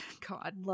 God